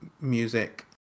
music